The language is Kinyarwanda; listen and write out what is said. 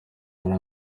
muri